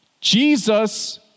Jesus